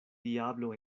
diablo